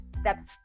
steps